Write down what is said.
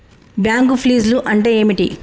Bank ఫీజ్లు అంటే ఏమిటి?